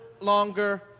longer